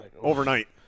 overnight